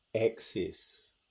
access